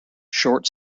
short